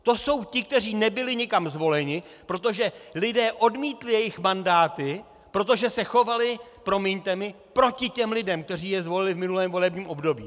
To jsou ti, kteří nebyli nikam zvoleni, protože lidé odmítli jejich mandáty, protože se chovali, promiňte mi, proti těm lidem, kteří je zvolili v minulém volebním období.